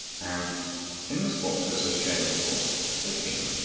and in this box where it says share your thoughts, if you click in,